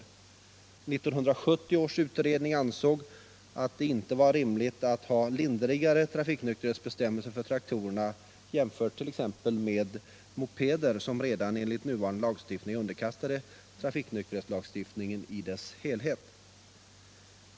1970 års utredning ansåg att det inte var rimligt att ha lindrigare trafiknykterhetsbestämmelser för traktorer än för t.ex. mopeder, som redan enligt nuvarande lagstiftning är underkastade trafiknykterhetslagstiftningen i dess helhet.